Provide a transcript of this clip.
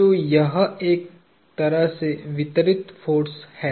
तो यह एक तरह से वितरित फोर्स है